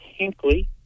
Hinkley